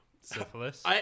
Syphilis